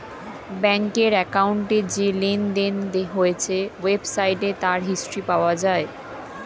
ব্যাংকের অ্যাকাউন্টে যে লেনদেন হয়েছে ওয়েবসাইটে তার হিস্ট্রি পাওয়া যায়